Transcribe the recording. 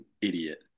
idiot